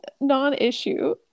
non-issue